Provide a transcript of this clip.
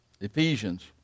Ephesians